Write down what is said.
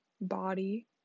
body